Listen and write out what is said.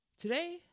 today